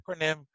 acronym